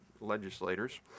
legislators